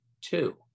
two